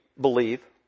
believe